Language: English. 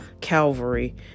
Calvary